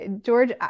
George